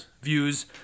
views